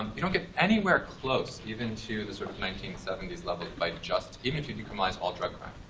you don't get anywhere close even to the sort of nineteen seventy s levels by just even if you decriminalize all drug crime.